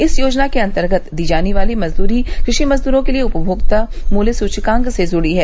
इस योजना के अंतर्गत दी जाने वाली मजदूरी कृषि मजदूरों के लिए उपभोक्ता मूल्य सूचकांक से जुड़ी है